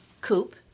Coupe